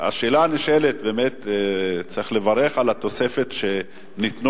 באמת צריך לברך על התוספת שניתנה